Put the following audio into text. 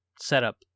setup